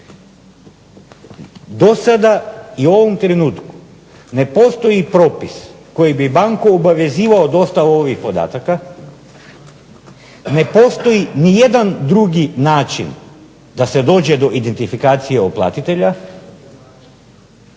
Do sada i u ovom trenutku ne postoji propis koji bi banku obavezivao dostavu ovih podataka, ne postoji nijedan drugi način da se dođe do identifikacije uplatitelja,